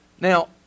Now